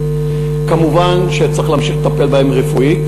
מובן שצריך להמשיך לטפל בהם רפואית.